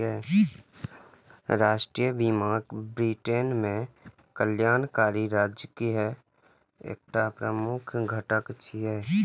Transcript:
राष्ट्रीय बीमा ब्रिटेन मे कल्याणकारी राज्यक एकटा प्रमुख घटक छियै